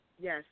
Yes